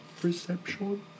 Perception